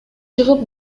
чыгып